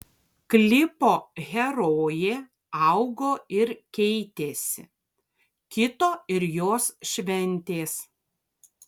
klipo herojė augo ir keitėsi kito ir jos šventės